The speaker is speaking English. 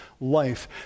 life